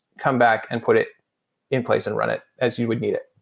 come back and put it in place and run it as you would need it.